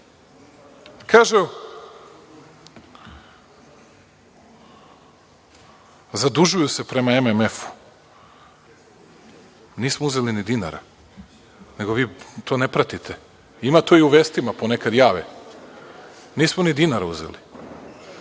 - zadužuju se prema MMF. Nismo uzeli ni dinara, nego vi to ne pratite. Ima to i u vestima, ponekad jave. Nismo ni dinara uzeli.